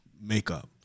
makeup